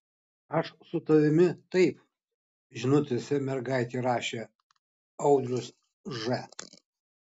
aš su tavimi taip žinutėse mergaitei rašė audrius ž